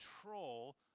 control